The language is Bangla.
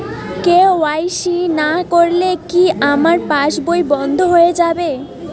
কে.ওয়াই.সি না করলে কি আমার পাশ বই বন্ধ হয়ে যাবে?